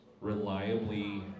reliably